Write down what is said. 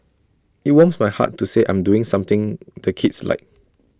IT warms my heart to say I'm doing something the kids like